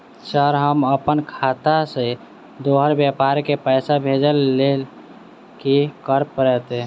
Sir हम अप्पन खाता सऽ दोसर व्यापारी केँ पैसा भेजक लेल की करऽ पड़तै?